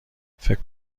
فکر